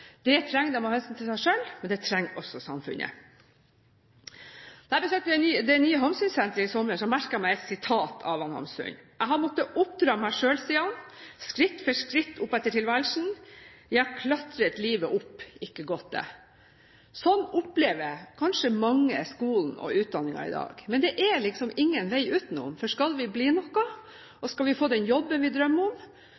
Det trenger de av hensyn til seg selv, men det trenger også samfunnet. Da jeg besøkte det nye Hamsunsenteret i sommer, merket jeg meg et sitat av Hamsun: «Jeg har maattet opdrage mig selv Skridt for Skridt opefter Tilværelsen; jeg har klatret Livet op, ikke gaaet det.» Sånn opplever kanskje mange skolen og utdanningen i dag. Men det er ingen vei utenom, for skal vi bli noe,